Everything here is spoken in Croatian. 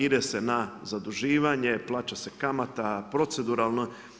Ide se na zaduživanje, plaća se kamata, proceduralno.